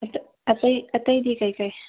ꯑꯇꯩ ꯑꯇꯩꯗꯤ ꯀꯔꯤ ꯀꯔꯤ